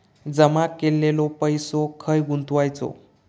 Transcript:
जमा केलेलो पैसो खय गुंतवायचो?